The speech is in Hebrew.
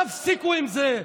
תפסיקו עם זה.